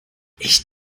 ich